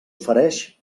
ofereix